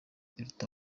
iruta